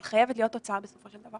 אבל חייבת להיות הצעה בסופו של דבר.